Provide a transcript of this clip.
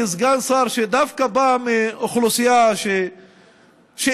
כסגן שר שדווקא בא מאוכלוסייה שאינה